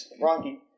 Rocky